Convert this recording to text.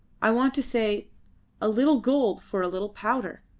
i wanted to say a little gold for a little powder.